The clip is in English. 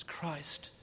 Christ